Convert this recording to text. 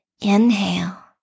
Inhale